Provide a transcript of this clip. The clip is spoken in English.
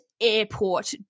airport